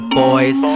boys